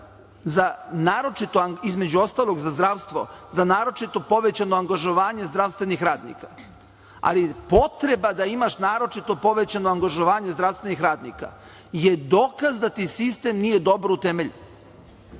sada, između ostalog za zdravstvo, za naročito povećano angažovanje zdravstvenih radnika. Potreba da imaš naročito povećano angažovanje zdravstvenih radnika je dokaz da ti sistem nije dobro utemeljen,